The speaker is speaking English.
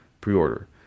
pre-order